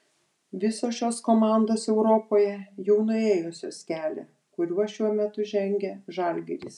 visos šios komandos europoje jau nuėjusios kelią kuriuo šiuo metu žengia žalgiris